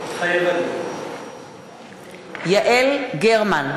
מתחייב אני יעל גרמן,